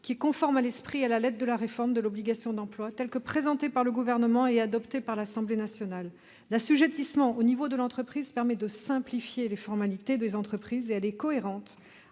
qui est conforme à l'esprit et à la lettre de la réforme de l'obligation d'emploi telle qu'elle a été présentée par le Gouvernement et adoptée par l'Assemblée nationale. L'assujettissement à l'échelon de l'entreprise permet de simplifier les formalités des entreprises ; il est cohérent